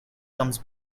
comes